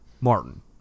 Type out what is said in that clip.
martin